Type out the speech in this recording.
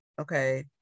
okay